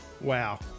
Wow